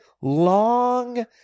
long